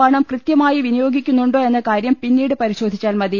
പണം കൃത്യ മായി വിനിയോഗിക്കുന്നുണ്ടോ എന്ന കാര്യം പിന്നീട് പരിശോധി ച്ചാൽ മതി